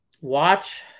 Watch